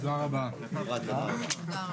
הישיבה ננעלה